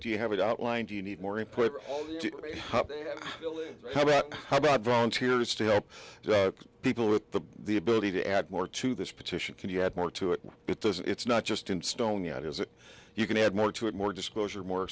if you haven't outlined you need more input how about how about volunteers to help people with the the ability to add more to this petition can you add more to it because it's not just in stone yet is it you can add more to it more disclosure more